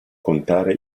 contare